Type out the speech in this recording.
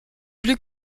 plus